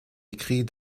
écrits